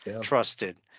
trusted